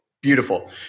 Beautiful